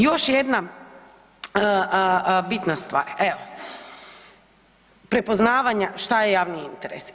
Još jedna bitna stvar, evo prepoznavanja šta je javni interes.